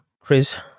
Chris